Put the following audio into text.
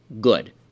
good